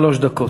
שלוש דקות.